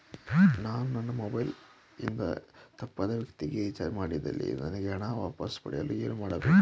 ನಾನು ನನ್ನ ಮೊಬೈಲ್ ಇಂದ ತಪ್ಪಾದ ವ್ಯಕ್ತಿಗೆ ರಿಚಾರ್ಜ್ ಮಾಡಿದಲ್ಲಿ ನನಗೆ ಆ ಹಣ ವಾಪಸ್ ಪಡೆಯಲು ಏನು ಮಾಡಬೇಕು?